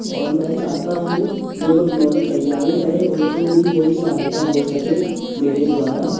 और मैं चाहता हूँ जो लोग लॉ की तैयारी करें उनको भी थोड़ी सहायता हो सके मेरे द्वारा